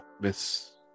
Miss